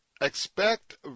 Expect